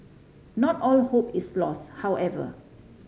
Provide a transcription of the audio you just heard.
not all hope is lost however